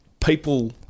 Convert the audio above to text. people